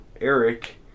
Eric